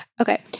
Okay